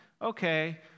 okay